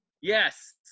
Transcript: Yes